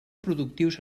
productius